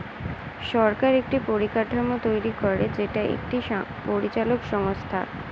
সরকার একটি পরিকাঠামো তৈরী করে যেটা একটি পরিচালক সংস্থা